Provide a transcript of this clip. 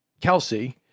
Kelsey